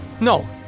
No